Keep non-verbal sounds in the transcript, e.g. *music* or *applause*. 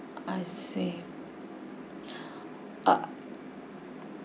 I see *breath* err